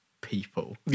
people